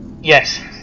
Yes